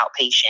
outpatient